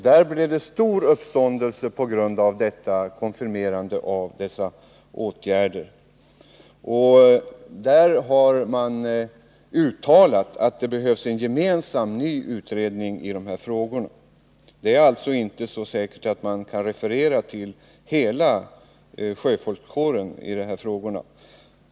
Där blev det stor uppståndelse på grund av att dessa åtgärder konfirmerats. Man uttalade att det behövs en gemensam ny utredning i dessa frågor. Det är alltså inte säkert att man kan referera till hela sjöfolkskåren i dessa frågor.